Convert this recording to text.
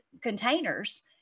containers